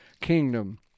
kingdom